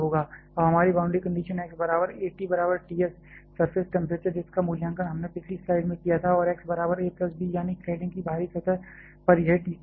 अब हमारी boundary condition x बराबर a t बराबर T s सरफेस टेंपरेचर जिसका मूल्यांकन हमने पिछली स्लाइड में किया था और x बराबर a प्लस b यानी क्लैडिंग की बाहरी सतह पर यह Tc के बराबर है